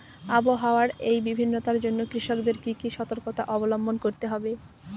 আবহাওয়ার এই ভিন্নতার জন্য কৃষকদের কি কি সর্তকতা অবলম্বন করতে হবে?